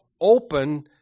open